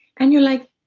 and you're like,